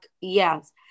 Yes